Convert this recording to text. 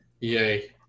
Yay